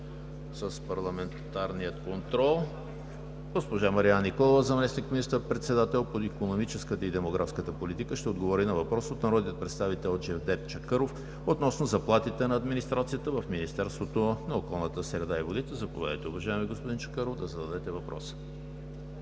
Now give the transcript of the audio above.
с парламентарния контрол. Госпожа Марияна Николова, заместник министър-председател по икономическата и демографската политика, ще отговори на въпрос от народния представител Джевдет Чакъров относно заплатите на администрацията в Министерството на околната среда и водите. Заповядайте, уважаеми господин Чакъров, да зададете въпроса.